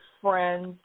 friends